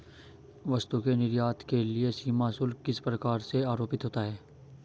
वस्तु के निर्यात के लिए सीमा शुल्क किस प्रकार से आरोपित होता है?